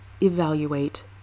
evaluate